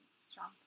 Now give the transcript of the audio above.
strong